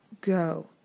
go